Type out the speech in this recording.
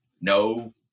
no